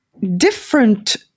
different